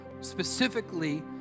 specifically